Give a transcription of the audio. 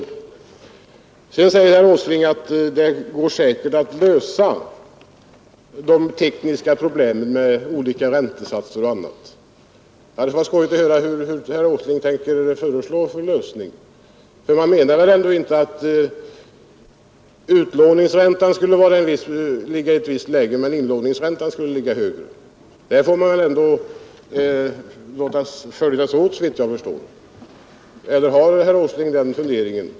Herr Åsling säger vidare att det säkert går att lösa de tekniska problemen med olika räntesatser och annat. Det skulle vara intressant att höra vad han tänker föreslå för lösning. Han menar väl ändå inte att utlåningsräntan skall ligga i ett visst läge medan inlåningsräntan skulle ligga högre? Man får väl ändå låta dem följas åt, såvitt jag förstår. Eller har herr Åsling den funderingen?